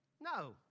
No